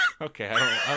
Okay